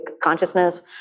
consciousness